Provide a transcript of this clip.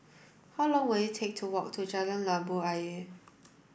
how long will it take to walk to Jalan Labu Ayer